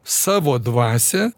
savo dvasią